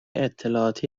اطلاعاتی